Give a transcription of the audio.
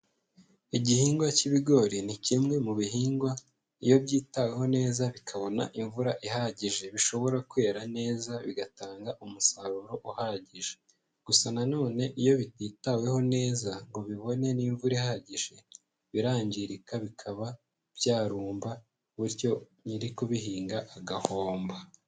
Igihingwa cy'ibigori ni kimwe mu bihingwa iyo byitaweho neza bikabona imvura ihagije bishobora kwera neza bigatanga umusaruro uhagije, gusa na none iyo bititaweho neza ngo bibone n'imvura ihagije birangirika bikaba byarumba bityo nyiri kubihinga agahomba.